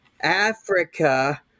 Africa